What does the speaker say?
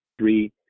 Three